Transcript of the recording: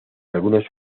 algunos